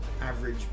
average